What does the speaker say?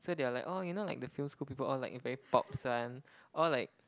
so they were like oh you know like the film school people all like very popz one all like